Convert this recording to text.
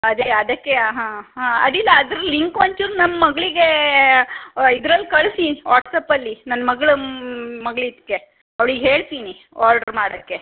ಅದೇ ಅದಕ್ಕೆ ಹಾಂ ಹಾಂ ಅಡ್ಡಿಲ್ಲ ಅದ್ರ ಲಿಂಕ್ ಒಂಚೂರು ನಮ್ಮ ಮಗಳಿಗೆ ಇದ್ರಲ್ಲಿ ಕಳಿಸಿ ವಾಟ್ಸ್ಅಪ್ಪಲ್ಲಿ ನನ್ನ ಮಗ್ಳ ಮಗ್ಳ ಇದಕ್ಕೆ ಅವ್ಳಿಗೆ ಹೇಳ್ತೀನಿ ಆರ್ಡ್ರ್ ಮಾಡೋಕ್ಕೆ